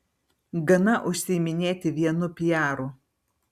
gana užsiiminėti vienu pijaru